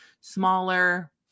smaller